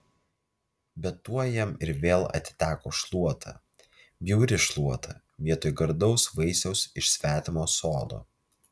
bet tuoj jam ir vėl atiteko šluota bjauri šluota vietoj gardaus vaisiaus iš svetimo sodo